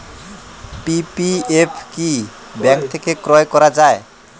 PPF কি bank থেকে ক্রয় করা যায়?